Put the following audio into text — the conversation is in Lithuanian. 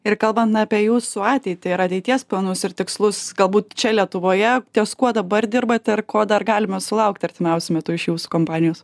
ir kalbant apie jūsų ateitį ir ateities planus ir tikslus galbūt čia lietuvoje ties kuo dabar dirbat ir ko dar galima sulaukti artimiausiu metu iš jūsų kompanijos